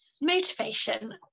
Motivation